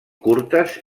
curtes